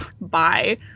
Bye